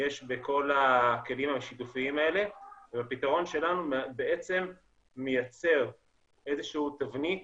יש בכל הכלים השיתופיים האלה והפתרון שלנו בעצם מייצר איזו שהיא תבנית